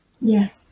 Yes